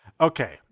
Okay